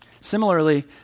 Similarly